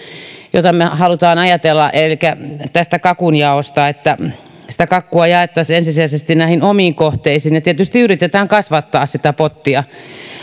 jota me haluamme ajatella elikkä tässä kakunjaossa sitä kakkua jaettaisiin ensisijaisesti näihin omiin kohteisiin ja tietysti yritetään kasvattaa sitä pottia